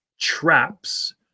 traps